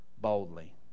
boldly